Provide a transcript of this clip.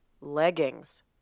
leggings